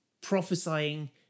prophesying